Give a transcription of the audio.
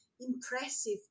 impressive